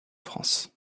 france